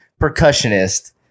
percussionist